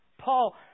Paul